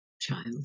child